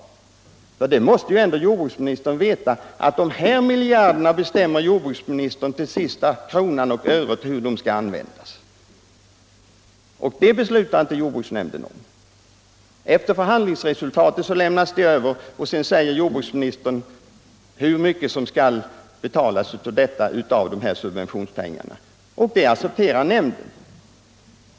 Jordbruksministern måste ju ändå veta mer än någon att när det gäller de här miljarderna bestämmer jordbruksministern till sista kronan och öret hur de skall användas - det beslutar inte jordbruksnämnden om. Förhand lingsresultatet lämnas över och jordbruksministern bestämmer i avsaknad av ”insyn” hur mycket som skall betalas av dessa subventionspengar, vilket nämnden accepterar.